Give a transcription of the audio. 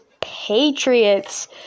Patriots